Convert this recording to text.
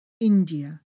India